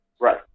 Right